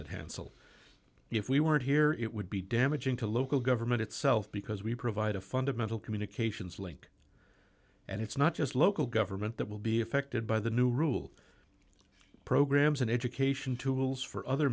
and hansel if we weren't here it would be damaging to local government itself because we provide a fundamental communications link and it's not just local government that will be affected by the new rule programs and education tools for other